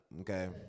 okay